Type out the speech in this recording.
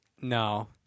No